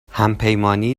همپیمانی